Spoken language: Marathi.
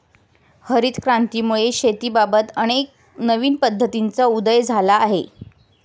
हरित क्रांतीमुळे शेतीबाबत अनेक नवीन पद्धतींचा उदय झाला आहे